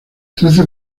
trece